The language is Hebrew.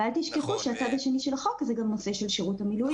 ואל תשכחו שהצד השני של החוק זה הנושא של שירות המילואים.